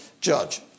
judge